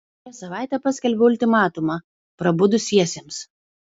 prieš savaitę paskelbiau ultimatumą prabudusiesiems